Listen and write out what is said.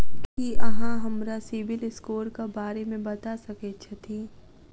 की अहाँ हमरा CIBIL score क बारे मे बता सकइत छथि?